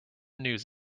news